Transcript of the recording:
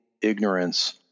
ignorance